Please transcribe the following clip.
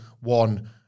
One